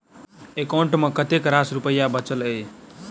account मे कतेक रास रुपया बचल एई